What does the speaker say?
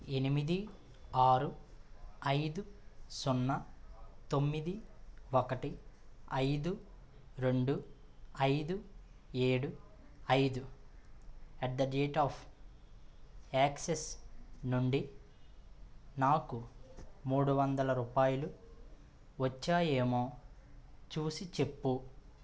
ఎనమిది ఆరు ఐదు సున్నా తొమ్మిది ఒకటి ఐదు రెండు ఐదు ఏడు ఐదు at the rate of Axis నుండి నాకు మూడు వందలు రూపాయలు వచ్చాయేమో చూసిచెప్పు